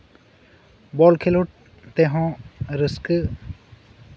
ᱵᱚᱞ ᱠᱷᱮᱸᱞᱳᱰ ᱛᱮᱦᱚᱸ ᱨᱟᱹᱥᱠᱟᱹ